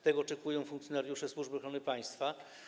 Tego oczekują funkcjonariusze Służby Ochrony Państwa.